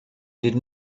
did